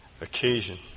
occasion